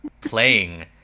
playing